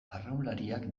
arraunlariak